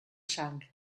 sang